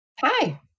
Hi